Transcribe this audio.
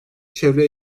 çevre